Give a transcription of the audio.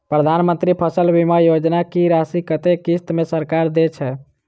प्रधानमंत्री फसल बीमा योजना की राशि कत्ते किस्त मे सरकार देय छै?